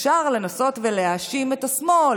אפשר לנסות להאשים את השמאל,